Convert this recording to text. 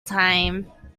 time